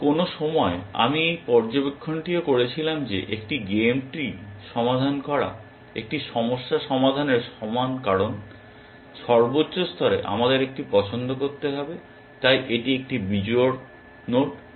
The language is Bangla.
এবং কোনো সময়ে আমি এই পর্যবেক্ষণটিও করেছিলাম যে একটি গেম ট্রি সমাধান করা একটি সমস্যা সমাধানের সমান কারণ সর্বোচ্চ স্তরে আমাদের একটি পছন্দ করতে হবে তাই এটি একটি বিজোড় নোড